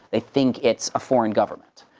they think it's a foreign government.